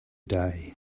day